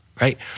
right